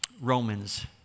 Romans